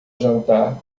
jantar